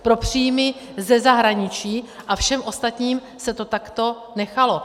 Pro příjmy ze zahraniční a všem ostatním se to takto nechalo.